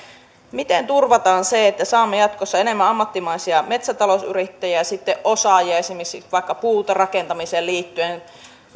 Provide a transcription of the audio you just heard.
miten turvataan se että saamme jatkossa enemmän ammattimaisia metsätalousyrittäjiä ja osaajia ja esimerkiksi vaikka puuta rakentamiseen liittyen